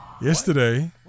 Yesterday